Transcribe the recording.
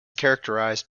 characterized